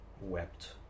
wept